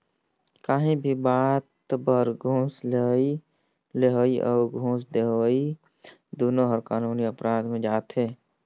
काहीं भी बात बर घूस लेहई अउ घूस देहई दुनो हर कानूनी अपराध में आथे